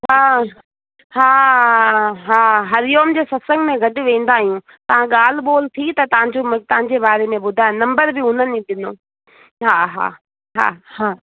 हा हा हा हा हरि ओम जे सत्संग में गॾु वेंदा आहियूं त ॻाल्हि ॿोल थी त तव्हांजो तव्हांजे बारे में ॿुधायो नम्बर बि उन्हनि ई ॾिनो हा हा हा हा